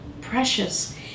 precious